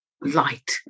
light